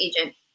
agent